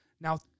Now